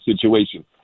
situation